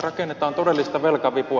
rakennetaan todellista velkavipua